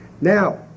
Now